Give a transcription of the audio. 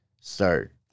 start